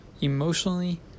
emotionally